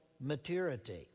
maturity